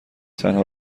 تنها